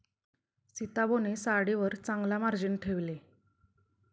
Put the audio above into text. सीताबोने साडीवर चांगला मार्जिन ठेवले